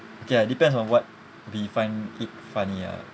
okay ya depends on what we find it funny ah